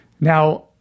Now